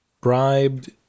bribed